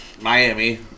Miami